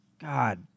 god